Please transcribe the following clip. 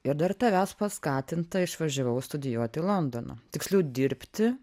ir dar tavęs paskatinta išvažiavau studijuot londoną tiksliau dirbti